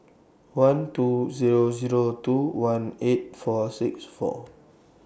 one two Zero Zero two one eight four six four